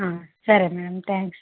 ಹಾಂ ಸರಿ madam thanks